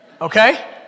Okay